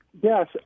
Yes